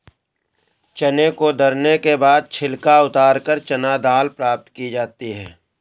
चने को दरने के बाद छिलका उतारकर चना दाल प्राप्त की जाती है